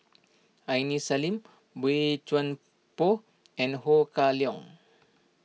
Aini Salim Boey Chuan Poh and Ho Kah Leong